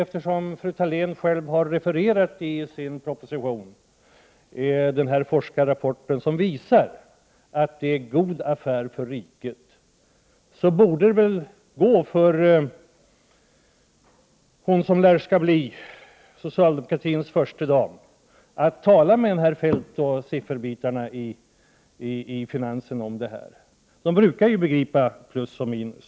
Fru Thalén har själv i sin proposition refererat till den forskarrapport som visar att det är en god affär för riket. Därför borde hon, som lär bli socialdemokratins första dam, kunna tala med Feldt och sifferbitarna på finansområdet. De brukar ju begripa sig på plus och minus.